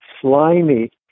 slimy